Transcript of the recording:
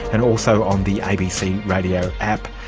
and also on the abc radio app.